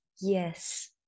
yes